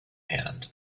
hand